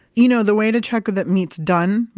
you know, the way to check that meat's done,